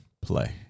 play